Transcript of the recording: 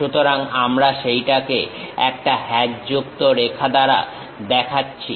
সুতরাংআমরা সেইটাকে একটা হ্যাচযুক্ত রেখা দ্বারা দেখাচ্ছি